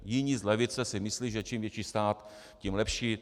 Jiní z levice si myslí, že čím větší stát, tím lepší.